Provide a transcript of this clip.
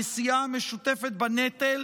נשיאה משותפת בנטל,